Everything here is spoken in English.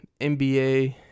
NBA